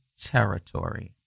territory